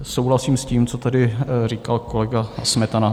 Souhlasím s tím, co tady říkal kolega Smetana.